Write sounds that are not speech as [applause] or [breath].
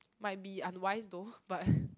might be unwise though but [breath]